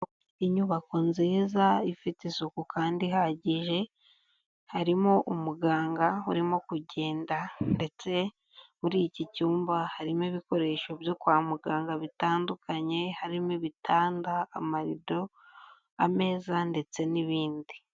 Inyubako nziza ifite isuku kandi ihagije, harimo umuganga urimo kugenda, ndetse muri iki cyumba harimo ibikoresho byo kwa muganga bitandukanye, harimo ibitanda amarido, ameza ndetse n'ibindi.